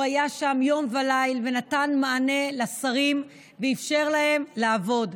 הוא היה שם יום וליל ונתן מענה לשרים ואפשר להם לעבוד.